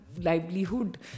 livelihood